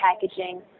packaging